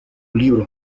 libro